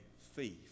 thief